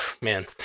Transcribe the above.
man